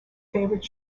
favorite